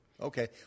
Okay